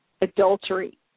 adultery